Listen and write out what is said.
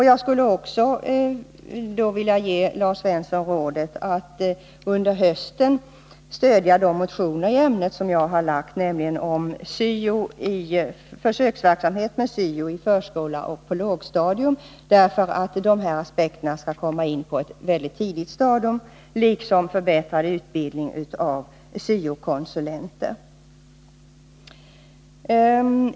Jag skulle vilja ge Lars Svensson rådet att under hösten stödja de motioner i ämnet som jag har väckt, där jag föreslår en försöksverksamhet med syo i förskola och på lågstadium för att dessa aspekter skall komma in på ett så tidigt stadium som möjligt liksom en förbättrad utbildning av syo-konsulenter.